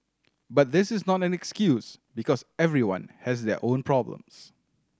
but this is not an excuse because everyone has their own problems